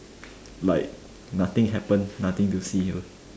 like nothing happen nothing to see